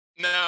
No